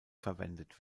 verwendet